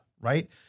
right